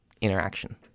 interaction